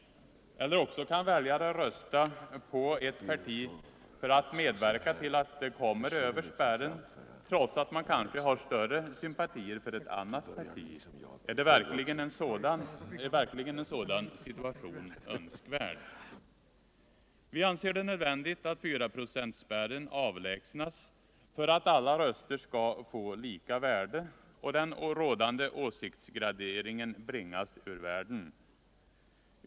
Eller också kan väljare rösta på ett parti för att medverka till att det kommer över spärren, trots att man kanske har större sympatier för ett annat parti. Är verkligen en sådan situation önskvärd? Vi anser det nödvändigt att 4-procentsspärren avlägsnas för att alla röster skall få lika värde och den rådande åsiktsgraderingen bringas ur världen.